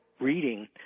reading